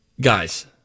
Guys